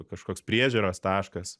kažkoks priežiūros taškas